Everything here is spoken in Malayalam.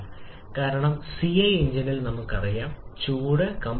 ഇപ്പോൾ ഓട്ടോ സൈക്കിളിനായി നമ്മൾക്കറിയാം അത് നൽകിയിരിക്കുന്നു R 8 k 1